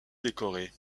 décorée